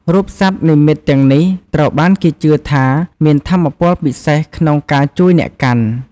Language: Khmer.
រូបសត្វនិមិត្តទាំងនេះ ត្រូវបានគេជឿថាមានថាមពលពិសេសក្នុងការជួយអ្នកកាន់។